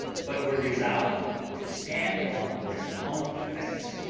but were resolved to stand on their own defence.